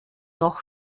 noch